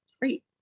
Great